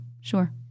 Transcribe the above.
sure